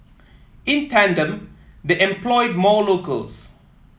in tandem they employed more locals